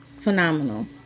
phenomenal